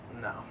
No